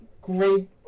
great